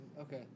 Okay